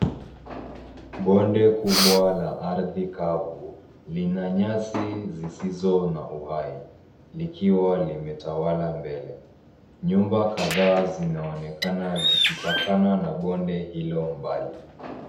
Bonde kubwa la ardhi kavu, lina nyasi sizizo na uhai, likiwa limetawala mbele. Nyumba kadhaa zinaoekana zikipakana na bonde hilo mbali.